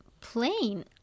plain